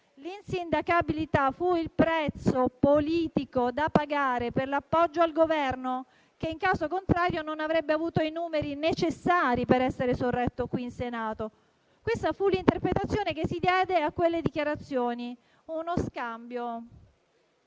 l'insindacabilità fu il prezzo politico da pagare per l'appoggio al Governo, che, in caso contrario, non avrebbe avuto i numeri necessari per essere sorretto qui in Senato. Questa fu l'interpretazione che si diede a quelle dichiarazioni: uno scambio.